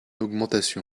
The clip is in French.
augmentation